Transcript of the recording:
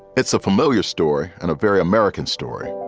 it's a familiar story and a very american story.